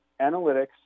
analytics